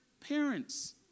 parents